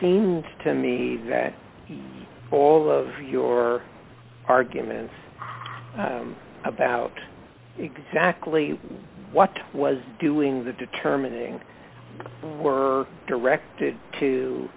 seemed to me that all of your arguments about exactly what was doing the determining were directed to